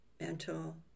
mental